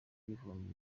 y’ibihumbi